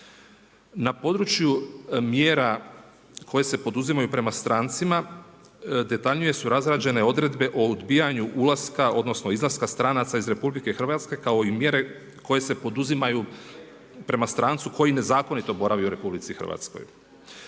Na području mjera koje se poduzimaju prema strancima detaljnije su razrađene odredbe o odbijanju ulaska odnosno izlaska stranaca iz RH kao i mjere koje se poduzimaju prema strancu koji nezakonito boravi u RH. Definirano